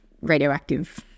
radioactive